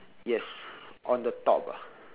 yes on the top ah